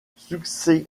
succès